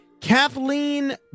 Kathleen